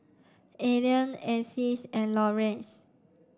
Ailene Alcee and Laurene